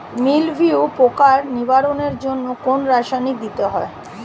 মিলভিউ পোকার নিবারণের জন্য কোন রাসায়নিক দিতে হয়?